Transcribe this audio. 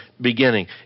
beginning